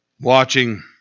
Watching